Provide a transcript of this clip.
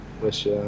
wish